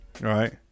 right